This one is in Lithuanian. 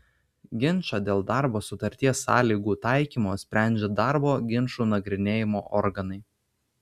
ginčą dėl darbo sutarties sąlygų taikymo sprendžia darbo ginčų nagrinėjimo organai